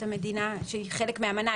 את המדינה שהיא חלק מהאמנה?